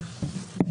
עטיה.